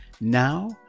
Now